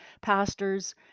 pastors